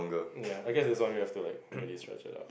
ya I guess it's only after like really stretch it out